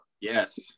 Yes